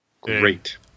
Great